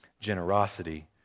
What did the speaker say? Generosity